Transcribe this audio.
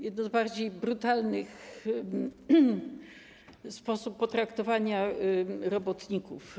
Jednym z bardziej brutalnych był sposób potraktowania robotników.